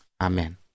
Amen